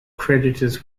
creditors